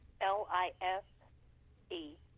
L-I-F-E